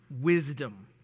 wisdom